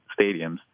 stadiums